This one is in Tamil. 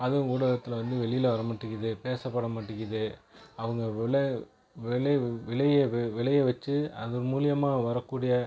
அதுவும் ஊடகத்தில் வந்து வெளியில் வர மாட்டிக்கிது பேசப்பட மாட்டிக்குது அவங்க விளைய விளைய விளைய விளைய வச்சு அதன் மூலிமா வரக்கூடிய